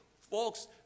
Folks